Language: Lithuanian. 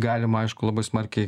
galima aišku labai smarkiai